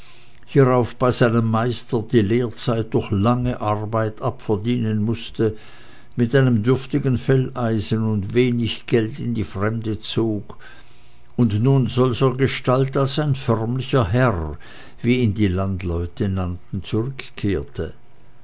hierauf bei seinem meister die lehrzeit durch lange arbeit abverdienen mußte mit einem dürftigen felleisen und wenig geld in die fremde zog und nun solchergestalt als ein förmlicher herr wie ihn die landleute nannten zurückkehrte